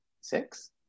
six